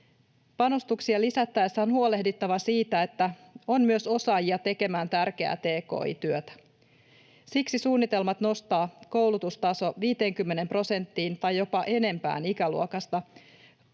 Panostuksia lisättäessä on huolehdittava siitä, että on myös osaajia tekemään tärkeää tki-työtä. Siksi suunnitelmat nostaa koulutustaso 50 prosenttiin tai jopa enempään ikäluokasta vuoteen